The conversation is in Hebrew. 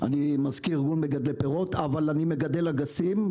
אני מזכיר ארגון מגדלי פירות, אבל אני מגדל אגסים.